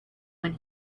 when